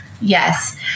Yes